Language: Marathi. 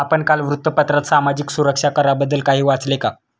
आपण काल वृत्तपत्रात सामाजिक सुरक्षा कराबद्दल काही वाचले का?